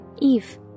Eve